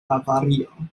bavario